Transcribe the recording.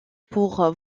pour